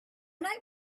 night